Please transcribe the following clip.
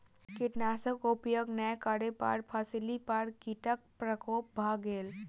कीटनाशक उपयोग नै करै पर फसिली पर कीटक प्रकोप भ गेल